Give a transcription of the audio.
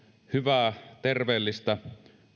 hyvää terveellistä